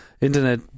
internet